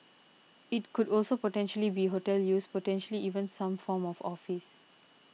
it could also potentially be hotel use potentially even some form of office